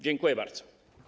Dziękuję bardzo.